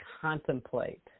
contemplate